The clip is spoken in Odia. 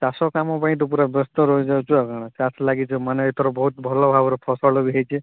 ଚାଷ କାମ ପାଇଁ ତ ପୁରା ବ୍ୟସ୍ତ ରହିଯାଉଛୁ ଆଉ କ'ଣ ଚାଷ୍ ଲାଗି ଯେ ମାନେ ଏଥର ବହୁତ ଭଲ ଭାବରେ ଫସଲ ବି ହେଇଛି